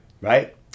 Right